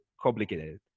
complicated